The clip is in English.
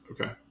Okay